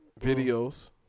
Videos